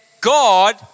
God